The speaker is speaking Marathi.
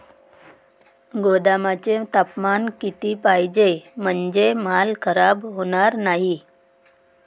गोदामाचे तापमान किती पाहिजे? म्हणजे माल खराब होणार नाही?